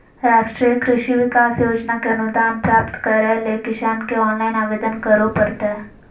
राष्ट्रीय कृषि विकास योजना के अनुदान प्राप्त करैले किसान के ऑनलाइन आवेदन करो परतय